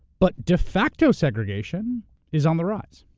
but de facto segregation is on the rise.